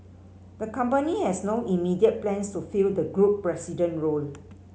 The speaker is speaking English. the company has no immediate plans to fill the group president role